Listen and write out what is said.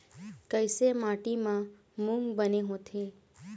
कइसे माटी म मूंग बने होथे?